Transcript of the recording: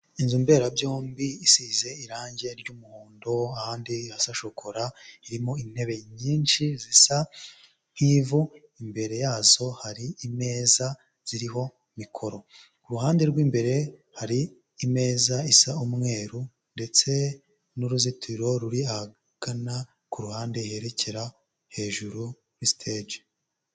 Inzu mberabyombi isize irangi ry'umuhondo, ahandi hasa shokora, irimo intebe nyinshi zisa nk'ivu, imbere yazo hari imeza ziriho mikoro, ku ruhande rw'imbere hari imeza isa umweru ndetse n'uruzitiro ruri ahagana ku ruhande herekera hejuru kuri siteji.